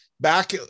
Back